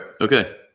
Okay